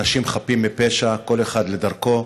אנשים חפים מפשע, כל אחד בדרכו,